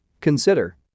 consider